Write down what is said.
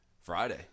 Friday